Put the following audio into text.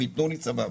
אם ייתנו לי, סבבה.